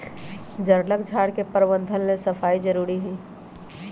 जङगल झार के प्रबंधन लेल सफाई जारुरी हइ